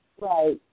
right